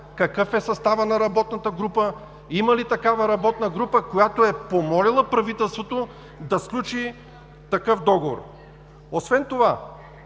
какъв е състава на работната група, има ли такава работна група, която е помолила правителството да сключи такъв договор? Освен това